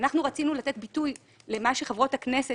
אנחנו רצינו לתת ביטוי למה שחברות הכנסת